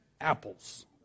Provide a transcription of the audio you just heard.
apples